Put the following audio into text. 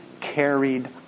carried